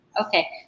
Okay